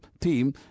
theme